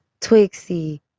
Twixie